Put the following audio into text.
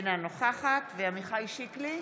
אינה נוכחת עמיחי שיקלי,